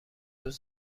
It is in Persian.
روز